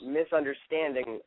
misunderstanding